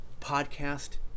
podcast